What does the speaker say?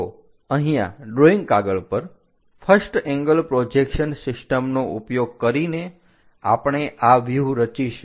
તો અહીંયા ડ્રોઈંગ કાગળ પર ફર્સ્ટ એંગલ પ્રોજેક્શન સિસ્ટમનો ઉપયોગ કરીને આપણે આ વ્યુહ રચીશું